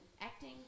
acting